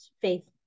faith